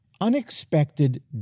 unexpected